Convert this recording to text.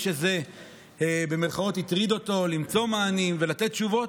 שזה "הטריד" אותו למצוא מענים ולתת תשובות,